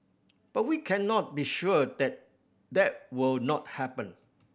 but we cannot be sure that that will not happen